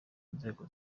nzego